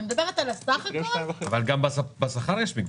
גם בשכר יש מגבלות.